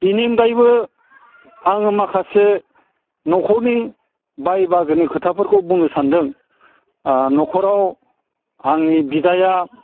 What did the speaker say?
बिनि अनगायैबो आङो माखासे न'खरनि बाइ बाहागोनि खोथाफोरखौ बुंनो सानदों न'खराव आंनि बिदाया